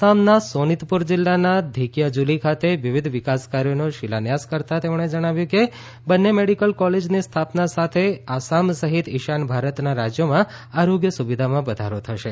આસામના સોનિતપુર જિલ્લાના ધેકિયાજુલી ખાતે વિવિધ વિકાસ કાર્યોનો શિલાન્યાસ કરતા તેમણે જણાવ્યું કે બંને મેડીકલ કોલેજની સ્થાપના સાથે આસામ સહિત ઇશાન ભારતના રાજયોમાં આરોગ્ય સુવિધામાં વધારો થશે